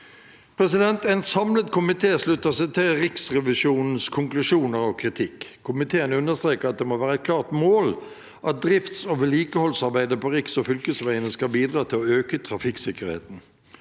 resultatene. En samlet komité slutter seg til Riksrevisjonens konklusjoner og kritikk. Komiteen understreker at det må være et klart mål at drifts- og vedlikeholdsarbeidet på riks- og fylkesveiene skal bidra til å øke trafikksikkerheten.